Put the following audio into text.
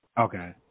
Okay